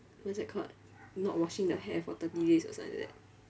what's that called not washing the hair for thirty days or something like that